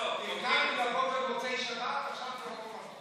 תכננו לבוא במוצאי שבת, עכשיו כבר לא נבוא.